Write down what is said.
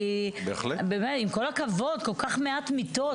כי באמת, עם כל הכבוד, כל כך מעט מיטות.